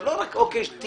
לא רק שתיקנו.